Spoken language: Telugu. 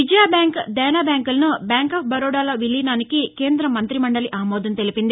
విజయ బ్యాంక్ దేనా బ్యాంకులను బ్యాంక్ ఆఫ్ బరోడాలో విలీనానికి కేంద మంత్రి ను మందలి ఆమోదం తెలిపింది